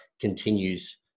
continues